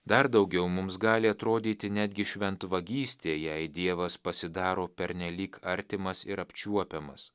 dar daugiau mums gali atrodyti netgi šventvagystė jei dievas pasidaro pernelyg artimas ir apčiuopiamas